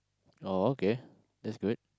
oh okay that's good